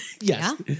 yes